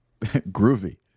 Groovy